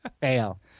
Fail